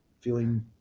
feeling